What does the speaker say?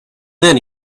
then